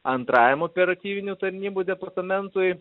antrajam operatyvinių tarnybų departamentui